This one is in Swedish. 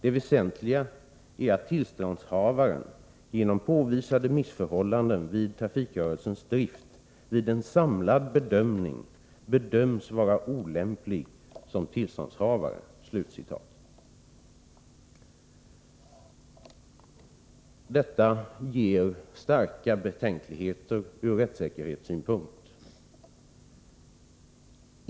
Det väsentliga är att tillståndshavaren genom påvisade missförhållanden vid trafikrörelsens drift vid en samlad bedömning bedöms vara olämplig som tillståndshavare.” Detta inger starka betänkligheter från rättssäkerhetssynpunkt.